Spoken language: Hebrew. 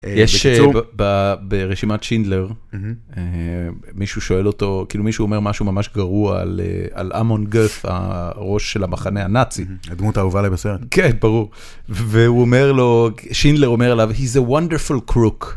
בקיצור, ברשימת שינדלר מישהו שואל אותו, כאילו מישהו אומר משהו ממש גרוע על אמון גרף, הראש של המחנה הנאצי. הדמות האהובה עליי בסרט. כן, ברור. והוא אומר לו, שינדלר אומר לו, He's a wonderful crook.